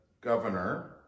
governor